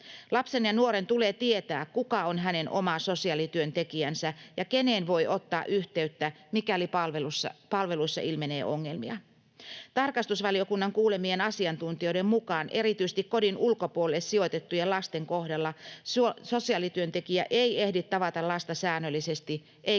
Lapsen ja nuoren tulee tietää, kuka on hänen oma sosiaalityöntekijänsä ja keneen voi ottaa yhteyttä, mikäli palveluissa ilmenee ongelmia. Tarkastusvaliokunnan kuulemien asiantuntijoiden mukaan erityisesti kodin ulkopuolelle sijoitettujen lasten kohdalla sosiaalityöntekijä ei ehdi tavata lasta säännöllisesti eikä